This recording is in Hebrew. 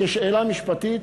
וכשאלה משפטית,